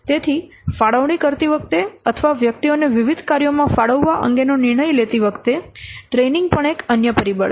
તેથી ફાળવણી કરતી વખતે અથવા વ્યક્તિઓને વિવિધ કાર્યોમાં ફાળવવા અંગેનો નિર્ણય લેતી વખતે ટ્રેનિંગ પણ એક અન્ય પરિબળ છે